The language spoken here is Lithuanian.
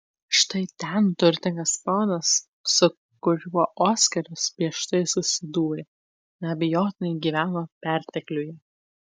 štai ten turtingas ponas su kuriuo oskaras prieš tai susidūrė neabejotinai gyveno pertekliuje